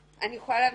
אני יכולה להמשיך?